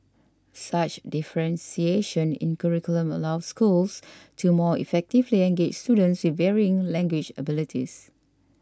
such differentiation in curriculum allows schools to more effectively engage students with varying language abilities